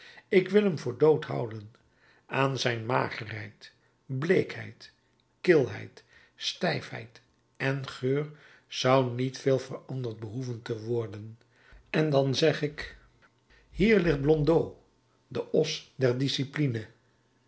ik wil hem voor dood houden aan zijn magerheid bleekheid kilheid stijfheid en geur zou niet veel veranderd behoeven te worden en dan zeg ik erudimini qui judicatis terram hier ligt blondeau blondeau nasica de os der discipline